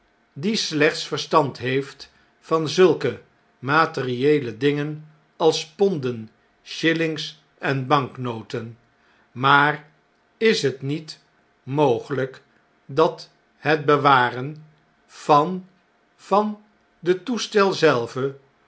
die slechts verstand heeft van zulke materieele dingen als ponden shillings en banknoten maar is het niet mogeljjk dat het bewaren van van den toestel zelven